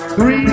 Three